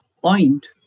Point